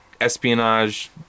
espionage